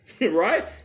right